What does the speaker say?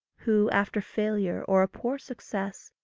who, after failure, or a poor success,